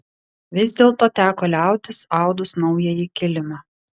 vis dėlto teko liautis audus naująjį kilimą